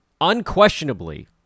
unquestionably